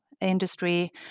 industry